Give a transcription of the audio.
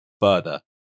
further